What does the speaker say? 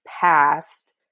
past